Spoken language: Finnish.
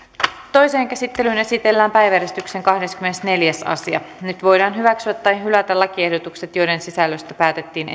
toiseen käsittelyyn esitellään päiväjärjestyksen kahdeskymmenesneljäs asia nyt voidaan hyväksyä tai hylätä lakiehdotukset joiden sisällöstä päätettiin